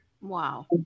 Wow